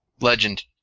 Legend